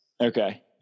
okay